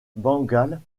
bengale